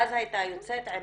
ואז היתה יוצאת עם